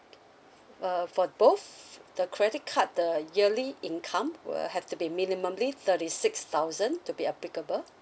okay uh for both the credit card the yearly income will have to be minimally thirty six thousand to be applicable